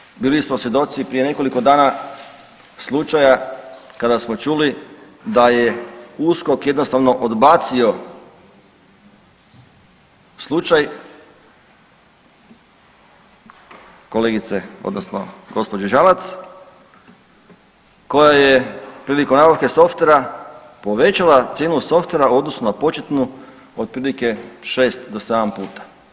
Na žalost, bili smo svjedoci prije nekoliko dana slučaja kada smo čuli da je USKOK jednostavno odbacio slučaj kolegice, odnosno gospođe Žalac, koja je prilikom nabavke softvera povećala cijenu softvera u odnosu na početnu otprilike 6 do 7 puta.